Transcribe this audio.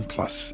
Plus